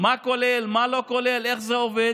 מה כולל, מה לא כולל, איך זה עובד.